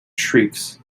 shrieks